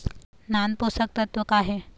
नान पोषकतत्व का हे?